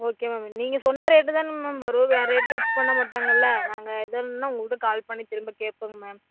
okay ma'am நீங்கள் சொன்ன rate தானங்க மேம் வரும் வேறே எதுலேயும் இது பண்ண மாட்டாங்கல்ல நாங்கள் எதோன்னா உங்கள்கிட்ட கால் பண்ணி திரும்ப கேட்போங்க மேம்